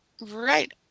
right